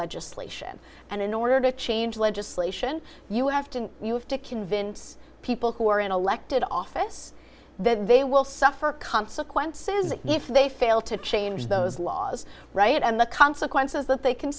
legislation and in order to change legislation you have to you have to convince people who are in elected office that they will suffer consequences if they fail to change those laws right and the consequences that they can